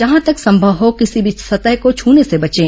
जहां तक संभव हो किसी भी सतह को छूने से बचें